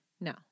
no